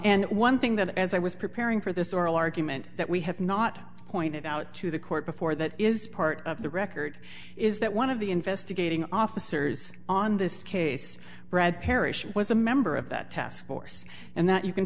and one thing that as i was preparing for this oral argument that we have not pointed out to the court before that is part of the record is that one of the investigating officers on this case brad parrish was a member of that task force and that you can